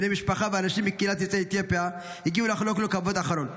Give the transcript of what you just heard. בני משפחה ואנשים מקהילת יוצאי אתיופיה הגיעו לחלוק לו כבוד אחרון.